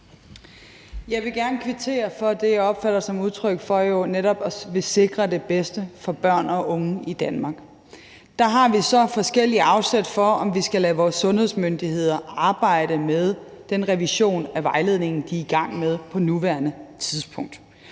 Jeg vil gerne kvittere for det, som jeg jo opfatter som et udtryk for netop at ville sikre det bedste for børn og unge i Danmark. Der har vi så forskellige afsæt, i forhold til om vi skal lade vores sundhedsmyndigheder arbejde med den revision af vejledningen, de er i gang med på nuværende tidspunkt.